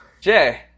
Jay